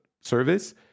service